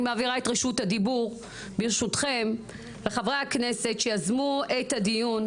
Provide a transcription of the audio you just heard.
אני מעבירה את רשות הדיבור ברשותכם לחברי הכנסת שיזמו את הדיון,